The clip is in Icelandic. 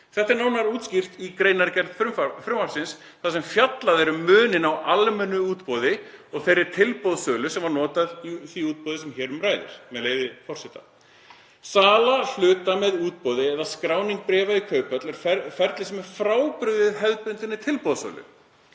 Þetta er nánar útskýrt í greinargerð frumvarpsins þar sem fjallað er um muninn á almennu útboði og þeirri tilboðssölu sem var notuð í því útboði sem hér um ræðir, með leyfi forseta: „Sala hluta með útboði eða skráning bréfa í kauphöll er ferli sem er frábrugðið hefðbundinni tilboðssölu.